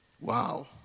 Wow